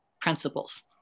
principles